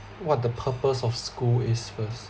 what the purpose of school is first